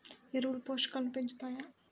ఎరువులు పోషకాలను పెంచుతాయా?